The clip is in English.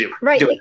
Right